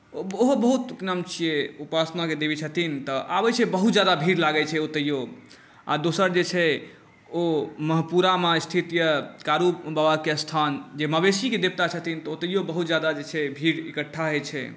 ओहो बहुत की नाम छियै उपासनाके देवी छथिन तऽ आबै छै बहुत जादा भीड़ लागै छै ओतैयो आ दोसर जे छै ओ महपुरा मे स्थित यऽ कारू बाबाके स्थान जे मवेशीके देवता छथिन तऽ ओतैयो बहुत जादा जे छै भीड़ इकठ्ठा होइ छै